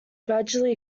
gradually